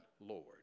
Lord